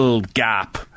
gap